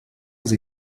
sie